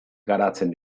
garatzen